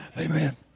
Amen